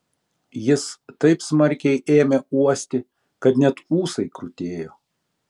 jis taip smarkiai ėmė uosti kad net ūsai krutėjo